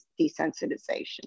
desensitization